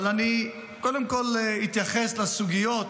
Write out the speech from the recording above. אבל אני קודם כול אתייחס לסוגיות